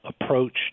approach